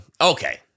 Okay